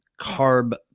carb